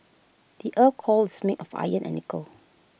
the Earth's core is made of iron and nickel